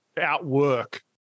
outwork